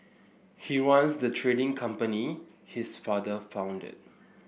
he runs the trading company his father founded